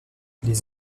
les